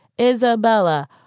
Isabella